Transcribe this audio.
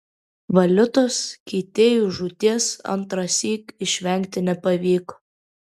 valiutos keitėjui žūties antrąsyk išvengti nepavyko